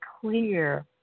clear